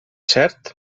cert